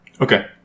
Okay